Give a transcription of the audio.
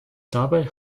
dabei